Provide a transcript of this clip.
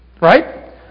right